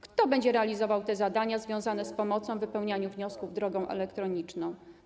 Kto będzie realizował te zadania związane z pomocą w wypełnianiu wniosków drogą elektroniczną?